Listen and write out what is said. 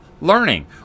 learning